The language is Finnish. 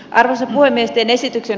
arthur miesten esityksen